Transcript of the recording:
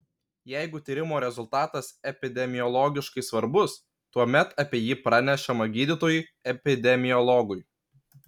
jeigu tyrimo rezultatas epidemiologiškai svarbus tuomet apie jį pranešama gydytojui epidemiologui